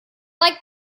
like